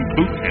Boot